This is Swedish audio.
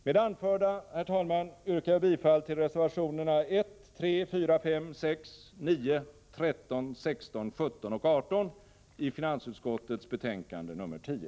Med det anförda, herr talman, yrkar jag bifall till reservationerna 1,3, 4,5, 6, 9, 13, 16, 17 och 20 i finansutskottets betänkande nr 10.